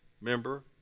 member